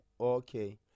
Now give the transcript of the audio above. okay